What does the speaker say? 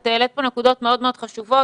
את העלית פה נקודות מאוד מאוד חשובות,